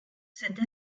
cette